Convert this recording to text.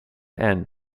end